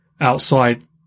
outside